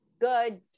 good